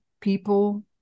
people